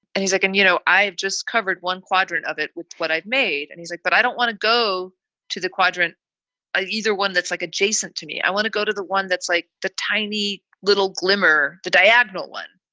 and he's like, and you know, i've just covered one quadrant of it with what i've made. and he's like, but i don't want to go to the quadrant ah either one that's like adjacent to me. i want to go to the one that's like the tiny little glimmer. the diagonal one.